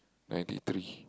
ninety three